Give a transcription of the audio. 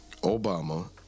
Obama